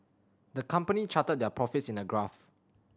the company charted their profits in a graph